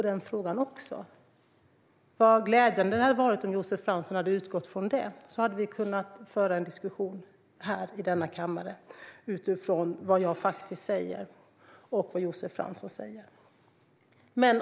Det hade varit glädjande om Josef Fransson hade utgått från det, för då hade vi kunnat föra en diskussion här i denna kammare utifrån vad jag faktiskt säger och vad Josef Fransson säger.